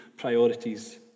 priorities